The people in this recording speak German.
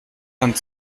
hand